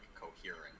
coherent